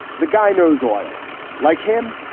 the guy knows oil like him.